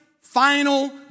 final